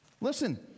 Listen